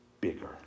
bigger